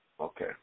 Okay